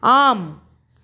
ஆம்